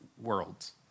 worlds